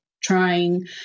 trying